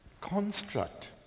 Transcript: construct